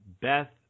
Beth